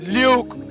luke